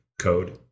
code